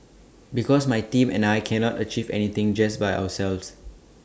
because my team and I cannot achieve anything just by ourselves